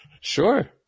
Sure